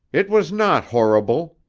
it was not horrible,